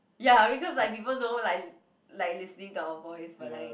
ya because like people know like like listening to our voice but like